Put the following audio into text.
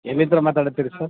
ಎಲ್ಲಿಂದ ಮಾತಾಡತ್ತೀರಿ ಸರ್